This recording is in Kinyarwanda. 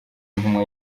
intumwa